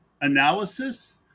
Analysis